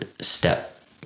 step